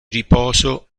riposo